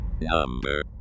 Number